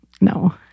No